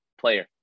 player